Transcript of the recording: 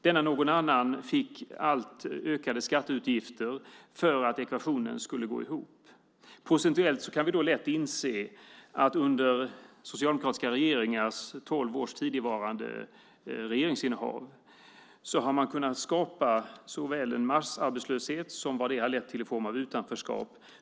Denna någon annan fick alltmer ökade skatteutgifter för att ekvationen skulle gå ihop. Under tolv år av socialdemokratiskt regeringsinnehav har man kunnat skapa såväl en massarbetslöshet som vad det har lett till i form av utanförskap.